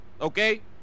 okay